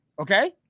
okay